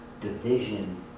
division